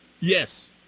Yes